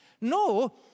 No